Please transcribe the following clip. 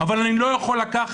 אבל אני לא יכול לקחת,